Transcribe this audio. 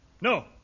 No